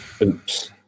Oops